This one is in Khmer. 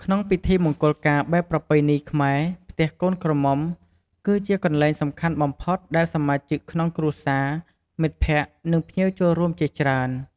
ក្នុងពិធីមង្គលការបែបប្រពៃណីខ្មែរ ផ្ទះកូនក្រមុំ គឺជាកន្លែងសំខាន់បំផុតដែលសមាជិកក្នុងគ្រួសារ មិត្តភក្តិ និងភ្ញៀវចូលរួមជាច្រើន។